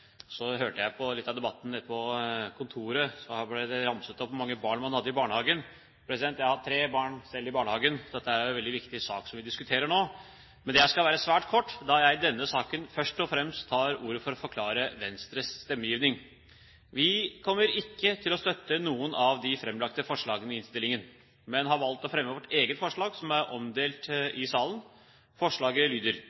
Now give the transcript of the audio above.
hørte på litt av debatten på kontoret, og da ble det ramset opp hvor mange barn man hadde i barnehagen. Jeg har selv tre barn i barnehagen, så det er en veldig viktig sak som vi diskuterer nå. Men jeg skal være svært kort, da jeg i denne saken først og fremst tar ordet for å forklare Venstres stemmegivning. Vi kommer ikke til å støtte noen av de framlagte forslagene i innstillingen, men vi har valgt å fremme vårt eget forslag, som er omdelt